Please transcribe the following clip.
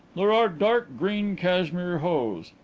there are dark green cashmere hose.